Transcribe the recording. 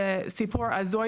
זה סיפור הזוי,